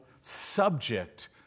subject